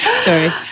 Sorry